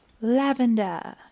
Lavender